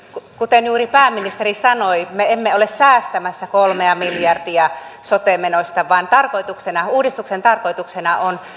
kuten juuri pääministeri sanoi me emme ole säästämässä kolmea miljardia sote menoista vaan uudistuksen tarkoituksena on